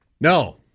No